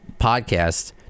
podcast